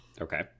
Okay